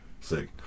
sick